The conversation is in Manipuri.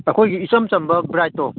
ꯑꯩꯈꯣꯏꯒꯤ ꯏꯆꯝ ꯆꯝꯕ ꯕ꯭ꯔꯥꯏꯠꯇꯣ